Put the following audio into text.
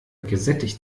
gesättigt